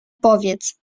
powiedz